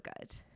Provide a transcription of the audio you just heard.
good